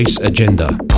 Agenda